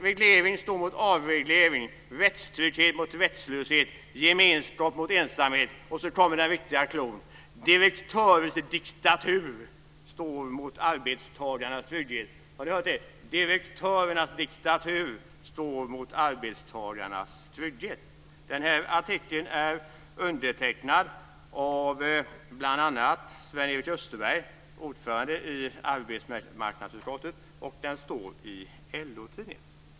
"Reglering står mot avreglering, rättstrygghet mot rättslöshet, gemenskap mot ensamhet". Sedan kommer den riktiga cloun: "Direktörsdiktatur står mot arbetstagarnas trygghet." Har ni hört det? Direktörernas diktatur står mot arbetstagarnas trygghet. Den här artikeln är undertecknad av bl.a. Sven Erik Österberg, ordförande i arbetsmarknadsutskottet, och den står i LO-tidningen.